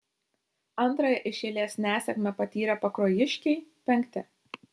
antrąją iš eilės nesėkmę patyrę pakruojiškiai penkti